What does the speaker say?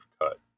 cut